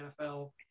NFL